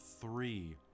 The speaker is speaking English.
three